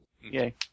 Yay